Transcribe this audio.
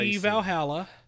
Valhalla